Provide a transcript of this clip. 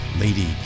Lady